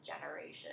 generation